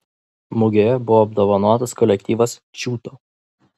mugėje buvo apdovanotas kolektyvas čiūto